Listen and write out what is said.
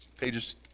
pages